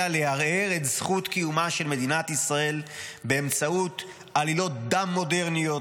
אלא לערער את זכות קיומה של מדינת ישראל באמצעות עלילות דם מודרניות,